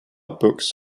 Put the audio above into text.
books